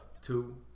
Two